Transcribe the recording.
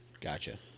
Gotcha